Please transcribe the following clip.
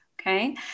Okay